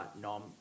Nom